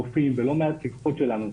רופאים ולא מעט לקוחות שלנו,